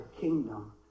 kingdom